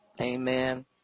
Amen